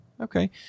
Okay